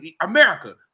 America